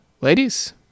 Ladies